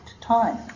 time